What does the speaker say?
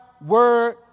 word